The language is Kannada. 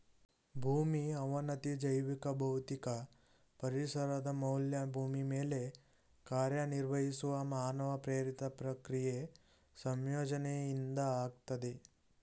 ಭೂಮಿ ಅವನತಿ ಜೈವಿಕ ಭೌತಿಕ ಪರಿಸರದ ಮೌಲ್ಯ ಭೂಮಿ ಮೇಲೆ ಕಾರ್ಯನಿರ್ವಹಿಸುವ ಮಾನವ ಪ್ರೇರಿತ ಪ್ರಕ್ರಿಯೆ ಸಂಯೋಜನೆಯಿಂದ ಆಗ್ತದೆ